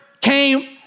came